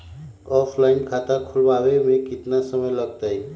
Offline खाता खुलबाबे में केतना समय लगतई?